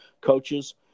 coaches